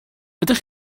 ydych